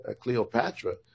Cleopatra